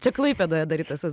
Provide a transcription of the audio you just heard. čia klaipėdoje darytas tas